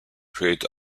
create